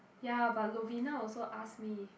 ya but Lovina also ask me